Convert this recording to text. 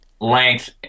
length